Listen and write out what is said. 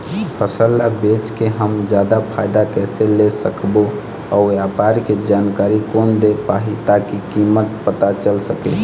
फसल ला बेचे के हम जादा फायदा कैसे ले सकबो अउ व्यापार के जानकारी कोन दे पाही ताकि कीमत पता चल सके?